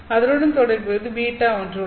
அதனுடன் தொடர்புடையது β ஒன்று உள்ளது